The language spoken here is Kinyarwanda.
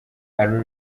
ari